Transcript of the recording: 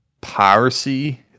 piracy